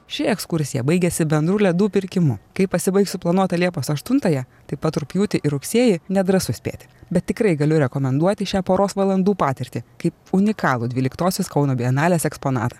ši ekskursija baigėsi bendru ledų pirkimu kai pasibaigs suplanuota liepos aštuntąją taip pat rugpjūtį ir rugsėjį nedrąsu spėti bet tikrai galiu rekomenduoti šią poros valandų patirtį kaip unikalų dvyliktosios kauno bienalės eksponatą